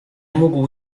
mógł